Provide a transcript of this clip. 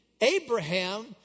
Abraham